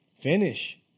finish